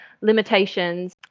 limitations